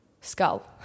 skull